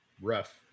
rough